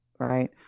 Right